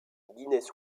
guinness